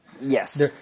Yes